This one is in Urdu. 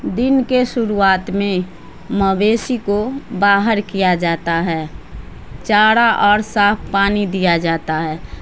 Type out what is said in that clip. دن کے شروعات میں مویشی کو باہر کیا جاتا ہے چارا اور صاف پانی دیا جاتا ہے